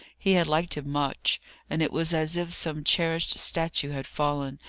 he had liked him much and it was as if some cherished statue had fallen,